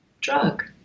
drug